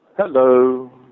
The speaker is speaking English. Hello